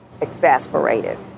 exasperated